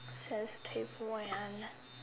sensitive when